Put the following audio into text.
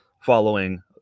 following